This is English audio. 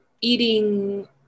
eating